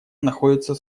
находится